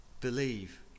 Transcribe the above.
believe